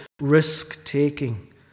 risk-taking